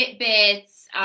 fitbits